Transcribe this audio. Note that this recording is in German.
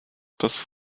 das